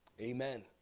Amen